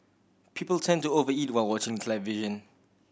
people tend to over eat while watching the television